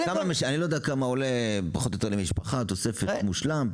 אני לא יודע כמה עולה פחות או יותר למשפחה תוספת מושלם,